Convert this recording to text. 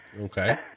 Okay